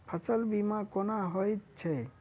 फसल बीमा कोना होइत छै?